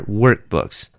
workbooks